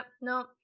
no